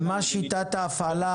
במה שיטת ההפעלה,